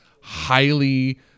highly